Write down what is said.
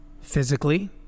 physically